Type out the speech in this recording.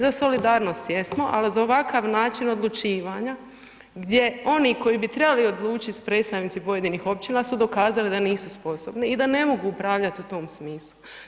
Za solidarnost jesmo, ali za ovakav način odlučivanja gdje oni koji bi trebali odlučiti su predstavnici pojedinih općina su dokazali da nisu sposobni i da ne mogu upravljati u tom smislu.